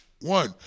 One